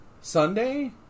Sunday